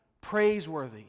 Praiseworthy